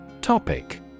Topic